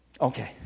Okay